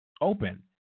open